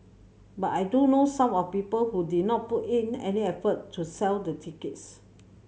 but I do know some of people who did not put in any effort to sell the tickets